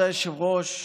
כבוד היושב-ראש,